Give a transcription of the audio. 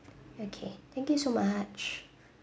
okay thank you so much